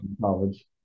college